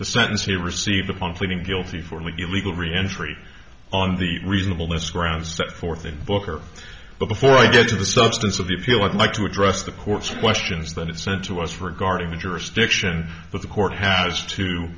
the sentence he received upon pleading guilty for an illegal reentry on the reasonableness grounds set forth in booker but before i get to the substance of the appeal i'd like to address the court's questions that it sent to us regarding the jurisdiction of the court has to